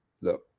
look